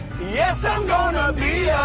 yes i'm gonna be